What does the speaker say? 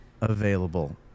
available